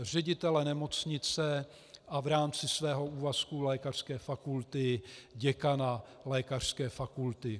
Ředitele nemocnice a v rámci svého úvazku lékařské fakulty děkana lékařské fakulty.